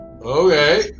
Okay